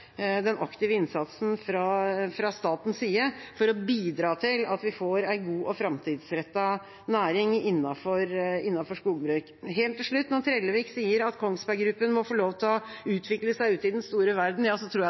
innsatsen fra statens side for å bidra til at vi får en god og framtidsrettet næring innenfor skogbruk? Helt til slutt: Når Trellevik sier at Kongsberg Gruppen må få lov til å utvikle seg ute i den store verden, så tror jeg